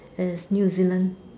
is New Zealand